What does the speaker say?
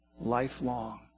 Lifelong